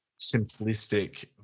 simplistic